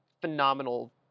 phenomenal